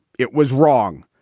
it was wrong,